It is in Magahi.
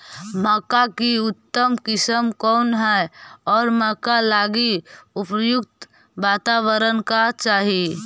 मक्का की उतम किस्म कौन है और मक्का लागि उपयुक्त बाताबरण का चाही?